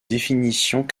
définitions